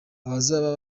abazaba